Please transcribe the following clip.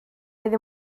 oedd